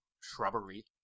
shrubbery